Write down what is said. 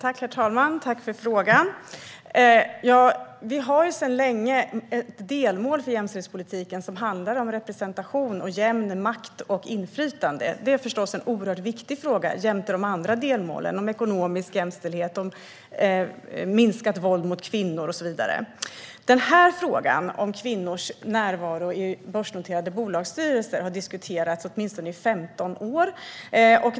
Herr talman! Tack för frågan, Johanna Haraldsson! Vi har sedan länge delmål för jämställdhetspolitiken. De handlar om representation, jämn makt och inflytande. Detta är förstås en oerhört viktig fråga jämte de andra delmålen om ekonomisk jämställdhet, minskat våld mot kvinnor och så vidare. Frågan om kvinnors närvaro i börsnoterade bolagsstyrelser har diskuterats i åtminstone 15 år.